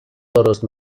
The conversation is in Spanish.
toros